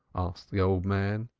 asked the old man,